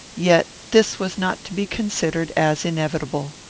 yet this was not to be considered as inevitable.